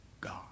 God